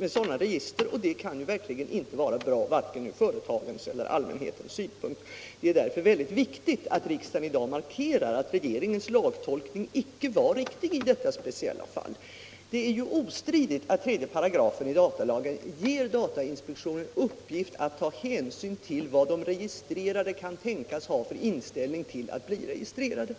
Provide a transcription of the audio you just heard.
mot sådana register, och det kan verkligen inte vara bra från vare sig företagens eller allmänhetens synpunkt. Det är därför väldigt viktigt att riksdagen i dag markerar att regeringens lagtolkning icke var riktig i detta speciella fall. Det är ju ostridigt att 3 § i datalagen ger datainspektionen uppgift att ta hänsyn till vad de registrerade kan tänkas ha för inställning till att bli registrerade.